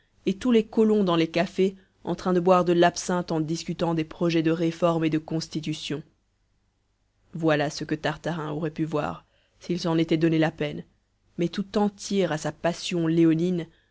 et tous les colons dans les cafés en train de boire de l'absinthe en discutant des projets de réforme et de constitution voilà ce que tartarin aurait pu voir s'il s'en était donné la peine mais tout entier à sa passion léonine